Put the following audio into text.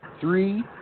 Three